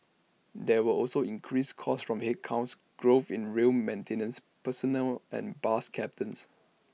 there were also increased costs from headcount growth in rail maintenance personnel and bus captains